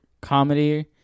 comedy